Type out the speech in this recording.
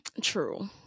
True